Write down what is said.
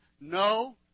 No